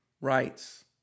rights